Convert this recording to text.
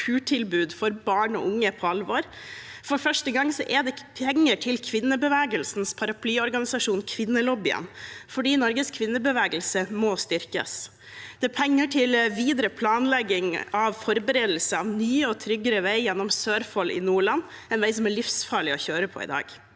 for barn og unge på alvor. For første gang er det penger til kvinneorganisasjonenes paraplyorganisasjon, Norges kvinnelobby, fordi Norges kvinnebevegelse må styrkes. Det er penger til videre planlegging av forberedelse av ny og tryggere vei gjennom Sørfold i Nordland, en vei som er livsfarlig å kjøre på i dag.